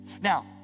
Now